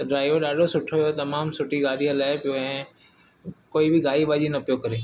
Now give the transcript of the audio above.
त ड्राइवर ॾाढो सुठो हुओ तमामु सुठी गाॾी हलाए पियो ऐं कोई बि घाई बाज़ी न पियो करे